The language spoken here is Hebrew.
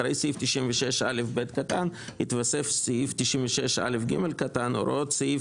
אחרי סעיף 96א(ב) קטן יתוסף סעיף 96א(ג): הוראות סעיף